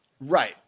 Right